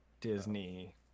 Disney